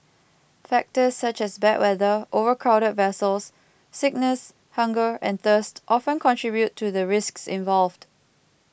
factors such as bad weather overcrowded vessels sickness hunger and thirst often contribute to the risks involved